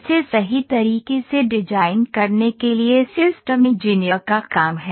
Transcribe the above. इसे सही तरीके से डिजाइन करने के लिए सिस्टम इंजीनियर का काम है